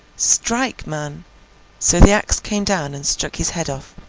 strike, man so, the axe came down and struck his head off,